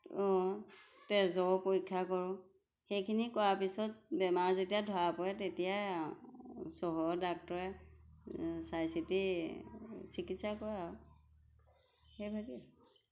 তেজৰো পৰীক্ষা কৰোঁ সেইখিনি কৰাৰ পিছত বেমাৰ যেতিয়া ধৰা পৰে তেতিয়া চহৰৰ ডাক্তৰে চাই চিতি চিকিৎসা কৰে আৰু সেইভাগেই